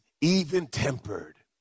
even-tempered